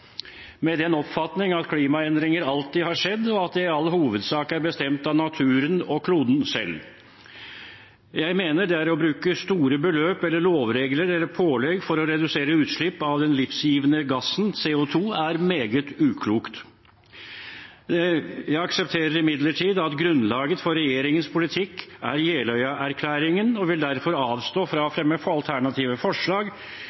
med den oppfatning at klimaendringer alltid har skjedd, og at det i all hovedsak er bestemt av naturen og kloden selv. Dette medlem mener at det å bruke store beløp eller lovregler eller pålegg for å redusere utslipp av den livgivende gassen CO 2 er meget uklokt. Dette medlem aksepterer imidlertid at grunnlaget for regjeringens politikk er Jeløyaerklæringen, og vil derfor avstå fra å fremme alternative forslag,